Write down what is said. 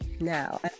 now